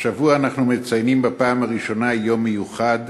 השבוע אנחנו מציינים בפעם הראשונה, יום מיוחד